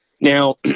Now